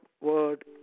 word